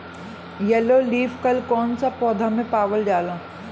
Yellow leaf कल कौन सा पौधा में पावल जाला?